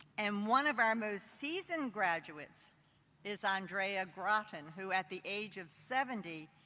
and one of our most seasoned graduates is andrea gorton, who at the age of seventy,